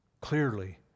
clearly